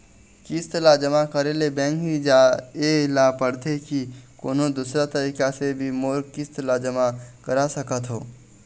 किस्त ला जमा करे ले बैंक ही जाए ला पड़ते कि कोन्हो दूसरा तरीका से भी मोर किस्त ला जमा करा सकत हो?